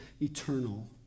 eternal